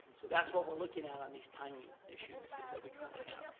so that's what we're looking at on these timing issues that we currently have.